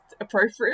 appropriate